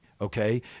Okay